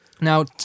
Now